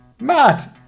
Matt